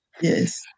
Yes